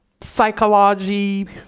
psychology